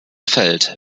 feld